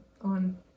on